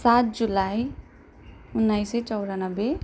सात जुलाई उन्नाइस सय चौरानब्बे